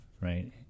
right